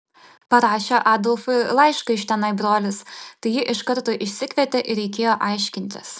parašė adolfui laišką iš tenai brolis tai jį iš karto išsikvietė ir reikėjo aiškintis